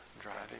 Driving